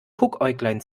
guckäuglein